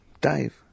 Dave